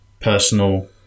personal